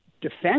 defense